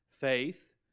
Faith